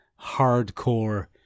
hardcore